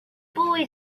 boy